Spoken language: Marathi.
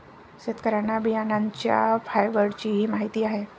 शेतकऱ्यांना बियाण्यांच्या फायबरचीही माहिती आहे